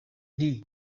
nti